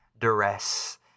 duress